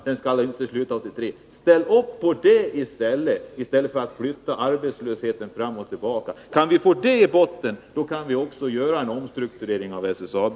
Den skall alltså inte upphöra 1983. Ställ upp på det i stället för att flytta arbetslösheten fram och tillbaka! Med detta i botten kan vi också göra en omstrukturering av SSAB.